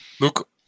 Look